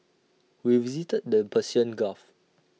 we visited the Persian gulf